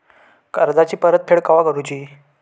कर्जाची परत फेड केव्हा करुची?